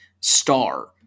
star